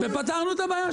ופתרנו את הבעיה.